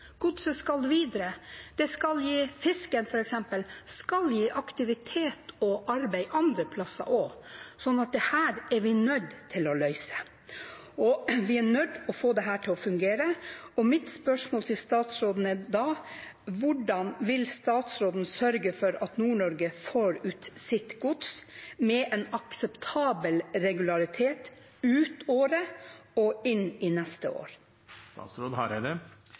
skal videre. Fisken f.eks. skal gi aktivitet og arbeid andre steder også, så dette er vi nødt til å løse, og vi er nødt til å få dette til å fungere. Mitt spørsmål til statsråden er da: Hvordan vil statsråden sørge for at Nord-Norge får ut sitt gods med en akseptabel regularitet ut året og inn i neste